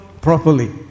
properly